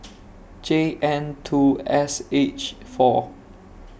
J N two S H four